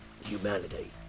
Humanity